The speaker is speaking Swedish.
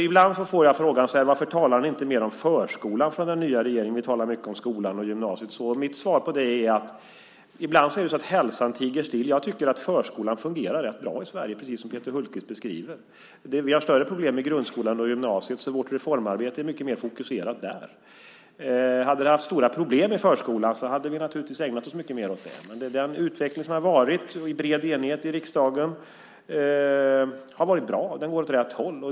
Ibland får jag frågan: Varför talar ni inte mer om förskolan från den nya regeringen? Ni talar ju mycket om skolan och gymnasiet och så. Mitt svar på det är att ibland är det så att hälsan tiger still. Jag tycker att förskolan fungerar rätt bra i Sverige, precis som Peter Hultqvist beskriver det. Vi har större problem i grundskolan och gymnasiet så vårt reformarbete är mycket mer fokuserat där. Hade vi haft stora problem i förskolan hade vi naturligtvis ägnat oss mycket mer åt dem, men den utveckling som har varit, i bred enighet i riksdagen, har varit bra. Den går åt rätt håll.